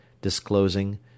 disclosing